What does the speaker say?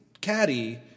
caddy